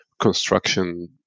construction